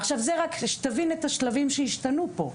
עכשיו זה רק שתבין את השלבים שהשתנו פה,